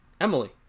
Emily